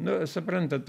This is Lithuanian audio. nu suprantat